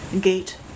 Gate